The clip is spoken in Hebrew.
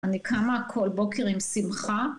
אני קמה כל בוקר עם שמחה.